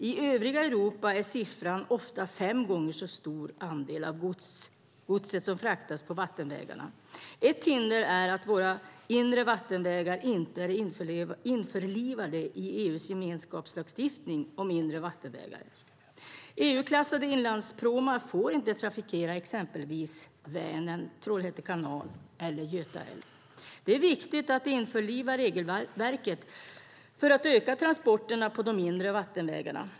I övriga Europa är det ofta fem gånger så stor andel av godset som fraktas på vattenvägarna. Ett hinder är att våra inre vattenvägar inte är införlivade i EU:s gemenskapslagstiftning om inre vattenvägar. EU-klassade inlandspråmar får inte trafikera exempelvis Vänern, Trollhätte kanal eller Göta älv. Det är viktigt att införliva regelverket, för att öka transporterna på de inre vattenvägarna.